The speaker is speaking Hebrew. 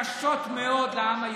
קשות מאוד לעם היהודי,